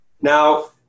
Now